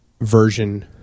Version